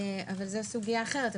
זו סוגיה אחרת,